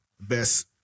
best